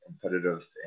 competitive